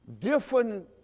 different